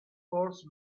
force